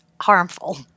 harmful